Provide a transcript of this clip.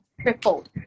tripled